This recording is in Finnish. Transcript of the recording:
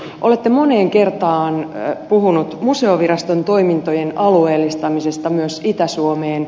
olette moneen kertaan puhunut museoviraston toimintojen alueellistamisesta myös itä suomeen